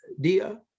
Dia